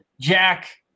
Jack